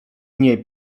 nie